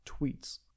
tweets